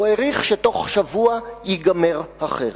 הוא העריך שבתוך שבוע ייגמר החרם.